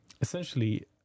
essentially